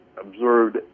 observed